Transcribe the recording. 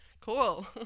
cool